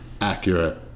accurate